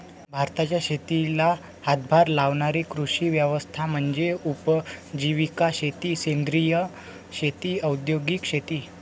भारताच्या शेतीला हातभार लावणारी कृषी व्यवस्था म्हणजे उपजीविका शेती सेंद्रिय शेती औद्योगिक शेती